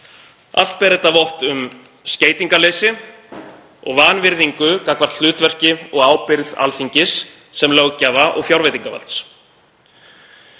Allt ber þetta vott um skeytingarleysi og vanvirðingu gagnvart hlutverki og ábyrgð Alþingis sem löggjafar- og fjárveitingavalds.